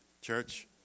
Church